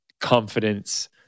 confidence